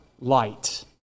light